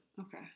Okay